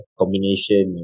combination